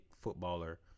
footballer